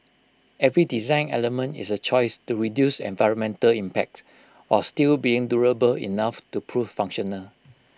every design element is A choice to reduce environmental impact while still being durable enough to prove functional